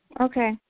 Okay